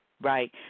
right